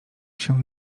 się